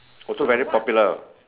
also very popular